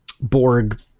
Borg